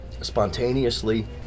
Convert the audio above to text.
spontaneously